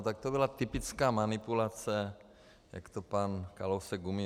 Tak to byla typická manipulace, jak to pan Kalousek umí.